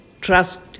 Trust